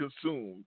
consumed